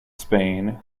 spain